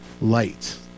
light